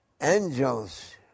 angels